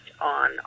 on